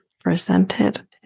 presented